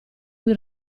cui